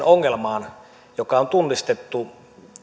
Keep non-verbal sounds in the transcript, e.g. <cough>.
<unintelligible> ongelma joka on tunnistettu